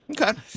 Okay